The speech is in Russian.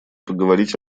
поговорить